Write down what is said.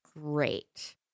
Great